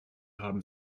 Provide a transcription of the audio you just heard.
haben